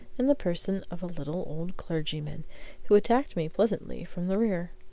in the person of a little old clergyman who attacked me pleasantly from the rear.